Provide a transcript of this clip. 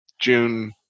June